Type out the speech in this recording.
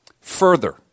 further